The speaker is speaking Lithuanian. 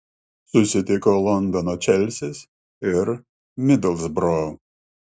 susitiko londono čelsis ir midlsbro